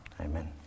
Amen